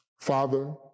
Father